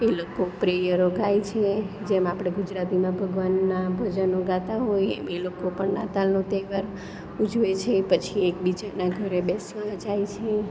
એ લોકો પ્રેયરો ગાય છે જેમ આપણે ગુજરાતીમાં ભગવાનનાં ભજનો ગાતા હોઈએ એમ એ લોકો પણ નાતાલનો તહેવાર ઉજવે છે પછી એકબીજાનાં ઘરે બેસવા જાય છે